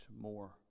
more